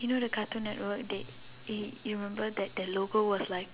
you know the cartoon network they you you remember that the logo was like